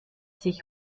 sich